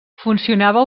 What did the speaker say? funcionava